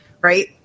Right